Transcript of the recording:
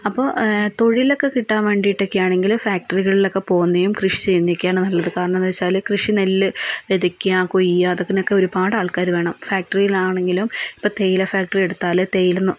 അപ്പോൾ തൊഴിലൊക്കെ കിട്ടാൻ വേണ്ടിയിട്ടൊക്കെയാണെങ്കിൽ ഫാക്ടറികളിലൊക്കെ പോകുന്നതും കൃഷി ചെയ്യുന്നതൊക്കെയാണ് നല്ലത് കാരണം എന്താണെന്നു വച്ചാൽ കൃഷി നെല്ല് വിതയ്ക്കുക കൊയ്യുക അതിനൊക്കെ ഒരുപാട് ആൾക്കാർ വേണം ഫാക്ടറിയിലാണെങ്കിലും ഇപ്പോൾ തേയില ഫാക്ടറി എടുത്താൽ തേയില